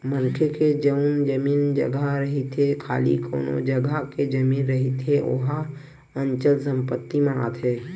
मनखे के जउन जमीन जघा रहिथे खाली कोनो जघा के जमीन रहिथे ओहा अचल संपत्ति म आथे